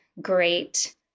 great